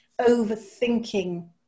overthinking